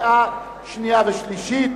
לקריאה שנייה ולקריאה שלישית.